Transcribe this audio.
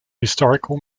historical